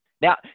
Now